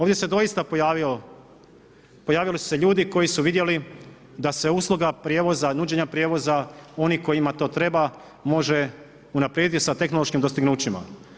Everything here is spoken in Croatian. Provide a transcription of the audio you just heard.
Ovdje se doista pojavio, pojavili su se ljudi koji su vidjeli da se usluga prijevoza, nuđenja prijevoza, onih kojima to treba, može unaprijedit sa tehnološkim dostignućima.